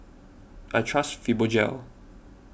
I trust Fibogel